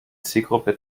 zielgruppe